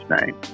name